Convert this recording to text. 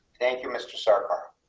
thank you, mr sarkar